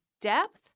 depth